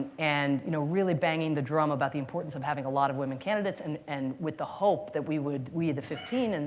and you know really banging the drum about the importance of having a lot of women candidates and and with the hope that we would we, the fifteen, and